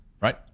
right